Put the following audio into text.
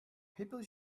people